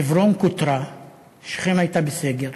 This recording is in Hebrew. חברון כותרה, שכם הייתה בסגר,